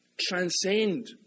transcend